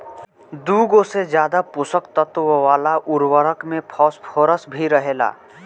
दुगो से ज्यादा पोषक तत्व वाला उर्वरक में फॉस्फोरस भी रहेला